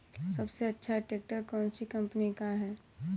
सबसे अच्छा ट्रैक्टर कौन सी कम्पनी का है?